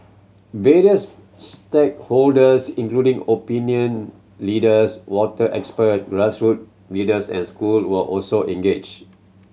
various stakeholders including opinion leaders water expert grassroot leaders and school were also engage